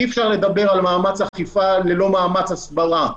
אי אפשר לדבר על מאמץ אכיפה ללא מאמץ הסברה,